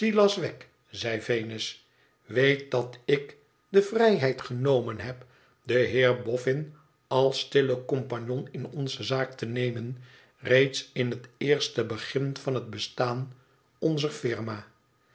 wegg zei venus t weet dat ik de vrijheid genomen heb den heer boffin als stillen compagnon in onze zaak te nemen reeds in het eerste begin van het bestaan onzer firma